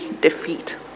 defeat